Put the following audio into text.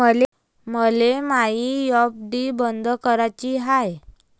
मले मायी एफ.डी बंद कराची हाय